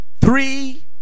Three